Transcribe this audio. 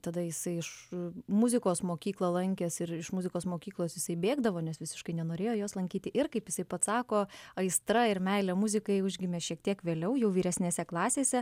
tada jisai iš muzikos mokyklą lankęs ir iš muzikos mokyklos jisai bėgdavo nes visiškai nenorėjo jos lankyti ir kaip jisai pats sako aistra ir meilė muzikai užgimė šiek tiek vėliau jau vyresnėse klasėse